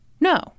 no